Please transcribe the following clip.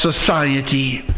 society